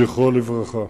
זכרו לברכה.